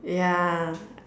yeah